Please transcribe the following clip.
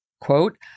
quote